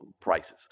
prices